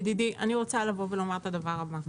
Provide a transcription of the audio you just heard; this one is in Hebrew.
ידידי, אני רוצה להגיד את הדבר הבא.